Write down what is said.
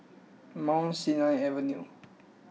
Mount Sinai Avenue